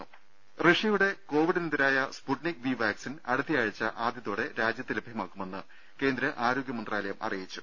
ദേദ റഷ്യയുടെ കോവിഡിനെതിരായ സ്പുട്നിക് വി വാക്സിൻ അടുത്തയാഴ്ച ആദ്യത്തോടെ രാജ്യത്ത് ലഭ്യമാക്കുമെന്ന് കേന്ദ്ര ആരോഗ്യ മന്ത്രാലയം അറിയിച്ചു